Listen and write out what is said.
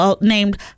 named